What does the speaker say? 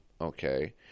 okay